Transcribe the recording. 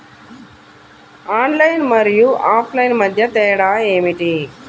Online మరియు offline మధ్య తేడా ఏమిటీ?